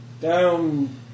Down